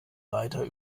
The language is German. reiter